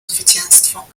zwycięstwo